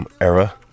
era